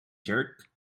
jerk